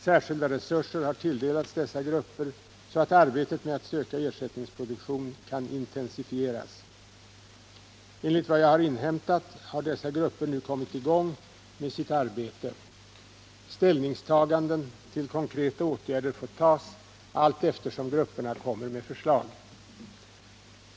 Särskilda resurser har tilldelats dessa grupper, så att arbetet med att söka ersättningsproduktion kan intensifieras. Enligt vad jag har inhämtat har dessa grupper nu kommit i gång med sitt arbete. Ställningstaganden till konkreta åtgärder får tas allteftersom grupperna kommer med förslag.